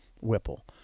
Whipple